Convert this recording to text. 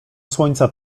słońca